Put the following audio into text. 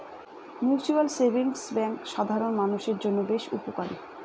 mutual savings bank সাধারন মানুষের জন্য বেশ উপকারী